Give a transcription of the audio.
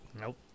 Nope